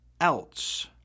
else